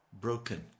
Broken